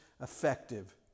effective